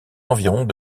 environs